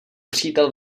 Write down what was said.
přítel